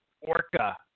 orca